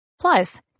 Plus